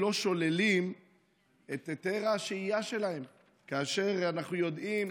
4. מדוע לא שוללים את היתר השהייה שלהם כאשר אנחנו יודעים,